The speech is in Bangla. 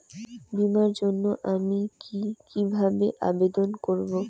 বিমার জন্য আমি কি কিভাবে আবেদন করব?